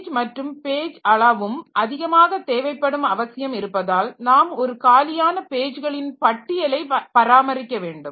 page மற்றும் page அளவும் அதிகமாக தேவைப்படும் அவசியம் இருப்பதால் நாம் ஒரு காலியான பேஜ்களின் பட்டியலை பராமரிக்க வேண்டும்